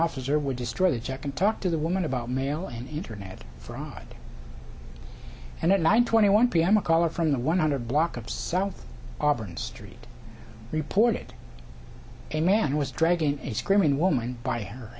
officer would destroy the check and talk to the woman about mail and internet fraud and at nine twenty one p m a caller from the one hundred block of south auburn street reported a man was dragging a screaming woman by her